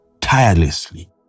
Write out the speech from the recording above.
tirelessly